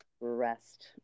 rest